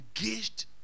engaged